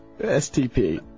STP